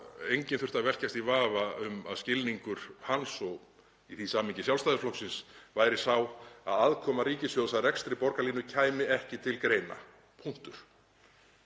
enginn þurft að velkjast í vafa um að skilningur hans, og í því samhengi Sjálfstæðisflokksins, væri sá að aðkoma ríkissjóðs að rekstri borgarlínu kæmi ekki til greina, punktur.